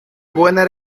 buena